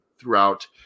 throughout